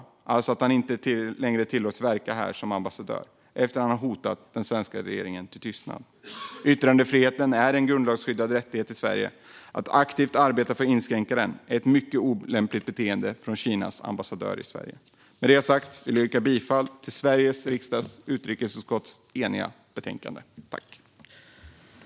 Han ska alltså inte längre tillåtas att verka som ambassadör i Sverige efter att ha försökt hota den svenska regeringen till tystnad. Yttrandefriheten är en grundlagsskyddad rättighet i Sverige. Att aktivt arbeta för att inskränka den är ett mycket olämpligt beteende från Kinas ambassadör i Sverige. Med det sagt vill jag yrka bifall till förslaget från Sveriges riksdags eniga utrikesutskott.